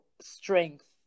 strength